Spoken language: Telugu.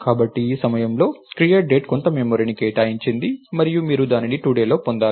కాబట్టి ఈ సమయంలో create date కొంత మెమరీని కేటాయించింది మరియు మీరు దానిని today లో పొందారు